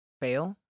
fail